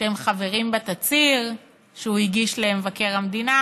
שהם חברים בתצהיר שהוא הגיש למבקר המדינה,